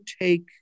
take